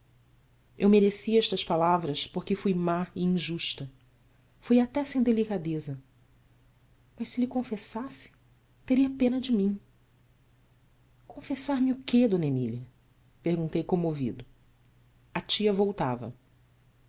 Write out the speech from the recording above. eu mereci estas palavras porque fui má e injusta fui até sem delicadeza mas se lhe confessasse teria pena de mim onfessa me o quê d emília perguntei comovido a tia voltava